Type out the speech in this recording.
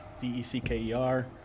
D-E-C-K-E-R